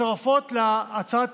מצורפות להצעת